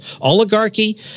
oligarchy